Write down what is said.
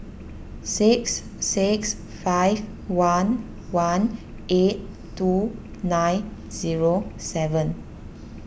six six five one one eight two nine zero seven